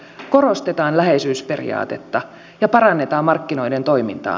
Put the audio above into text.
korostetaan läheisyysperiaatetta ja parannetaan markkinoiden toimintaa